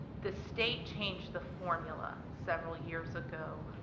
the state changed the formula several years ago.